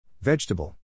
Vegetable